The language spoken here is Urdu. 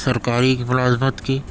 سرکاری کی ملازمت کی